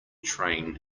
train